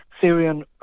Syrian